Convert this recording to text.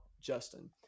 Justin